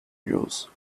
use